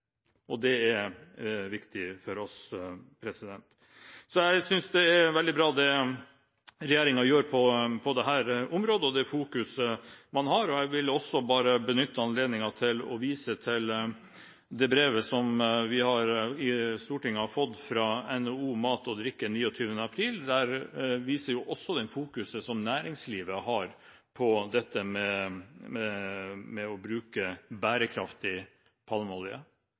og det er viktig for oss. Jeg synes det er veldig bra det regjeringen gjør på dette området, det fokuset man har. Jeg vil også benytte anledningen til å vise til det brevet som Stortinget fikk fra NHO Mat og Drikke 29. april. Det viser også hvilket fokus næringslivet har med hensyn til det å bruke bærekraftig palmeolje.